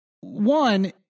one